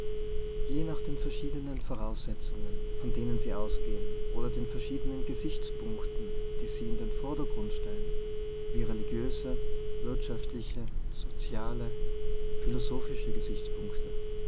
je nach den verschiedenen voraussetzungen von denen sie ausgehen oder den verschiedenen gesichts punkten die sie in den vordergrund stellen wie religiöse wirtschaftliche soziale philosophische gesichtspunkte